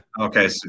Okay